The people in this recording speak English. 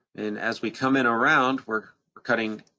and as we come in around, we're cutting,